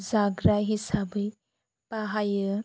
जाग्रा हिसाबै बाहायो